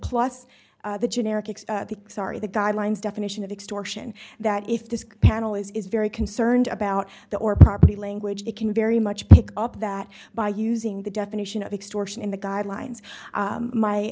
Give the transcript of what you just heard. plus the generic the sorry the guidelines definition of extortion that if this panel is very concerned about the or property language they can very much pick up that by using the definition of extortion in the guidelines